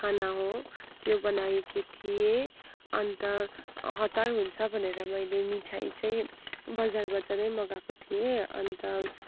खाना हो त्यो बनाएकी थिएँ अन्त हतार हुन्छ भनेर मैले मिठाई चाहिँ बजारबाट नै मँगाएको थिए अन्त